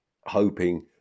hoping